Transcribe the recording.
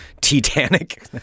Titanic